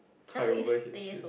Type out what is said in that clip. cry over his his